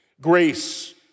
grace